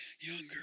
younger